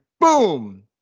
boom